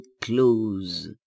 close